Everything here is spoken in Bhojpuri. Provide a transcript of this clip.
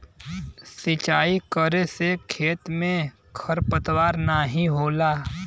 सिंचाई करे से खेत में खरपतवार नाहीं होला